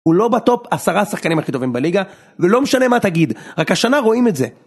הוא לא בטופ עשרה השחקנים הכי טובים בליגה לא משנה מה תגיד, רק השנה רואים את זה.